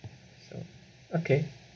so okay